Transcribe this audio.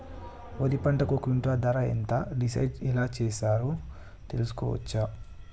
వరి పంటకు క్వింటా ధర ఎంత డిసైడ్ ఎలా చేశారు తెలుసుకోవచ్చా?